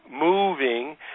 moving